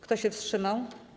Kto się wstrzymał?